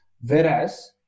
Whereas